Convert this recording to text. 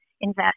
invest